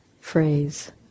phrase